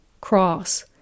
cross